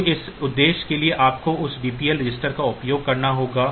तो उस उद्देश्य के लिए आपको उस DPL रजिस्टर का उपयोग करना होगा